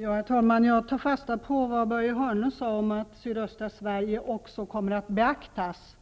Herr talman! Jag tar fasta på vad Börje Hörnlund sade om att sydöstra Sverige också kommer att beaktas.